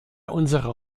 unserer